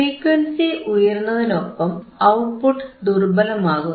frequency ഉയരുന്നതിനൊപ്പം output ദുർബലമാകുന്നു